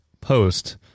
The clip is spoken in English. post